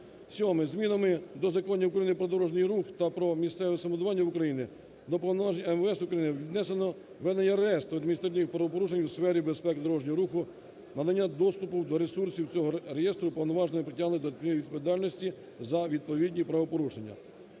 Змінами до законів України про дорожній рух та про місцеве самоврядування України, до повноважень МВС України віднесено ……. адміністративних правопорушень у сфері безпеки дорожнього руху, надання доступу для ресурсів цього реєстру, уповноважений притягнений до адміністративної відповідальності за відповідні правопорушення.